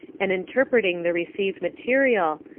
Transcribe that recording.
and interpreting the received material,